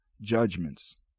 judgments